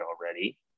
already